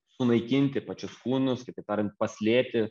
sunaikinti pačius kūnus kitaip tariant paslėpti